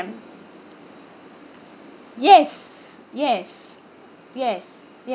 yes yes yes yes